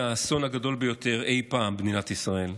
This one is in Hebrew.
האסון הגדול ביותר אי פעם במדינת ישראל,